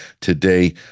today